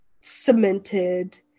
cemented